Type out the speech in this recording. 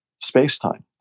space-time